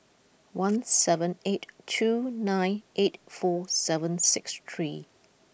one seven eight two nine eight four seven six three